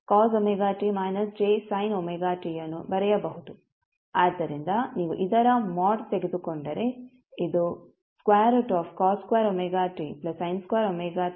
ಆದ್ದರಿಂದ ನೀವು ಇದರ ಮೋಡ್ ತೆಗೆದುಕೊಂಡರೆ ಇದು ಆಗುತ್ತದೆ